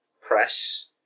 press